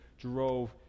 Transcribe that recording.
drove